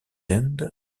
end